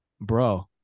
bro